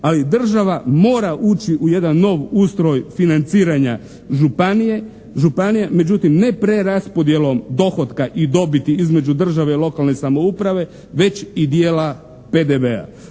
ali država mora ući u jedan nov ustroj financiranja županija, međutim ne preraspodjelom dohotka i dobiti između države i lokalne samouprave već i dijela PDV-a.